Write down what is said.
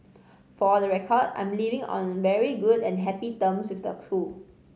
for the record I'm leaving on very good and happy terms with the school